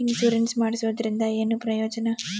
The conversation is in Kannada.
ಇನ್ಸುರೆನ್ಸ್ ಮಾಡ್ಸೋದರಿಂದ ಏನು ಪ್ರಯೋಜನ?